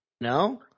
No